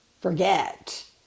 forget